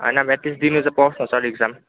होइन एट्लिस्ट दिनु त पाओस् न सर इक्जाम